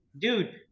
dude